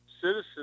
citizens